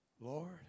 Lord